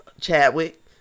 Chadwick